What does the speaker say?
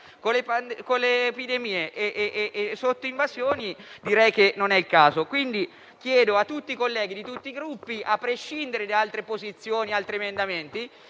con le epidemie e sotto invasione? Direi che non è il caso. Chiedo ai colleghi di tutti i Gruppi, a prescindere da altre posizioni ed emendamenti,